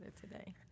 today